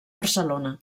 barcelona